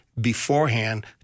beforehand